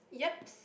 yups